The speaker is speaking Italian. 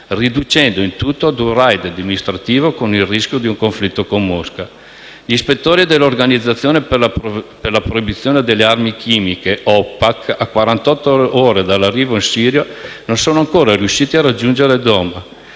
riducendo il tutto ad un *raid* dimostrativo con il rischio di un conflitto con Mosca. Gli ispettori dell'Organizzazione per la proibizione delle armi chimiche (OPAC), a quarantotto ore dall'arrivo in Siria, non sono ancora riusciti a raggiungere Douma,